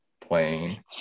plane